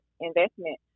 investment